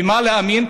במה להאמין,